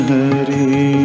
Hari